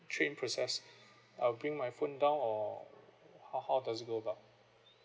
trade in process I'll bring my phone down or how how does it go about